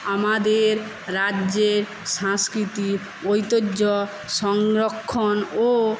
আমাদের রাজ্যের সাংস্কৃতিক ঐতিহ্য সংরক্ষণ ও